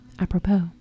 apropos